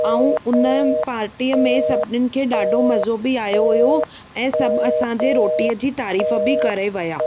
ऐं उन पार्टीअ में सभिनीनि खे ॾाढो मज़ो बि आयो हुयो ऐं सभु असांजे रोटीअ जी तारीफ़ बि करे विया